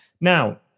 now